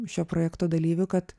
šio projekto dalyvių kad